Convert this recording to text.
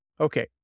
Okay